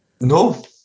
no